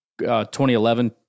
2011